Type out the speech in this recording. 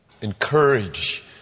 Encourage